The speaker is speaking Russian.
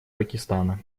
пакистана